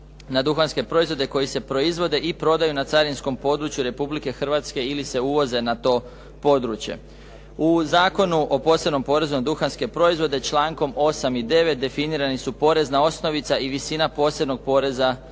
na duhanske proizvode koji se proizvode i prodaju na carinskom području Republike Hrvatske ili se uvoze na to područje. U Zakonu o posebnom porezu na duhanske proizvode člankom 8. i 9. definirani su porezna osnovica i visina posebnog poreza